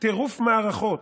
טירוף מערכות,